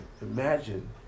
imagine